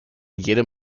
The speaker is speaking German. jedem